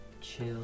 chill